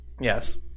Yes